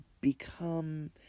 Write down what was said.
become